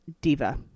Diva